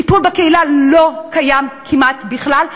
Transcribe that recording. טיפול בקהילה לא קיים כמעט בכלל.